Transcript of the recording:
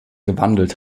gewandelt